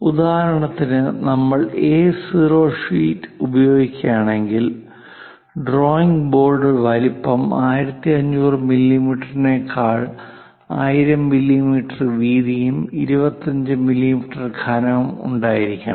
ഉദാഹരണത്തിന് ഞങ്ങൾ എ0 ഷീറ്റ് ഉപയോഗിക്കുകയാണെങ്കിൽ ഡ്രോയിംഗ് ബോർഡ് വലുപ്പം 1500 മില്ലീമീറ്ററിനേക്കാൾ 1000 മില്ലീമീറ്റർ വീതിയും 25 മില്ലീമീറ്റർ കനം ഉണ്ടായിരിക്കണം